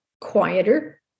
quieter